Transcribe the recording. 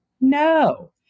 No